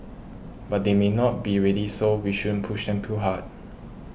but they may not be ready so we shouldn't push them too hard